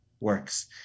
works